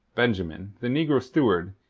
benjamin, the negro steward,